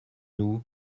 nous